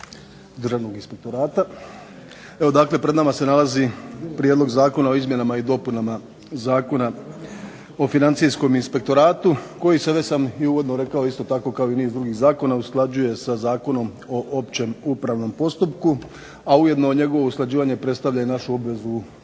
Državnog inspektorata. Evo dakle pred nama se nalazi prijedlog Zakona o izmjenama i dopunama Zakona o financijskom inspektoratu, koji se već sam i uvodno rekao isto tako kao i niz drugih zakona usklađuje sa Zakonom o općem upravnom postupku, a ujedno njegovo usklađivanje predstavlja i našu obvezu u